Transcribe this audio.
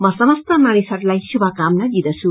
म समस्त मानिसहरूलाई शुभाकामना दिंदछु